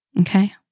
Okay